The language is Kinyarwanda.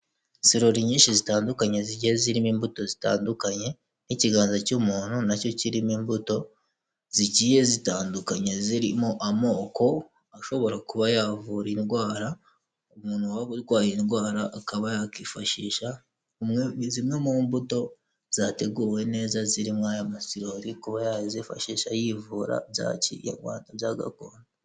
Isirori nyinshi zitandukanye zigiye zirimo imbito nyishi zitandukanye n'ikiganza cy'umuntu nacyo cyirimo imbito zigiye zitandukanye, zirimo amako ashobora kuba yavura indwara. Umuntu waba urwaye akaba yakifashisha zimwe mu mbuto zateguwe neza ziri muri aya masorori kuba yakivura bya Kinyarwanda bya gakondo.